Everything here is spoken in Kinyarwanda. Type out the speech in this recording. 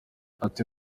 ati